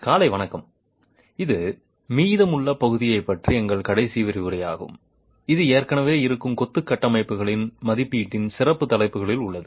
காலை வணக்கம் இது மீதமுள்ள பகுதியைப் பற்றிய எங்கள் கடைசி விரிவுரையாகும் இது ஏற்கனவே இருக்கும் கொத்து கட்டமைப்புகளின் மதிப்பீட்டின் சிறப்பு தலைப்பில் உள்ளது